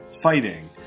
fighting